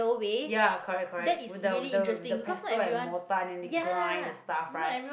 ya correct correct with the with the with the pestle and mortar and they grind the stuff right